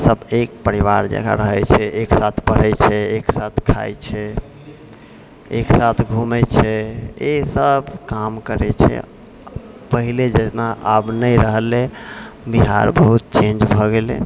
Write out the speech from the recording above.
सभ एक परिवार जकाँ रहै छै एक साथ पढ़ै छै एक साथ खाइ छै एक साथ घुमै छै सभ काम करै छै पहिले जितना आब नहि रहलै बिहार बहुत चेन्ज भऽ गेलै